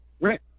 right